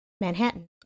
Manhattan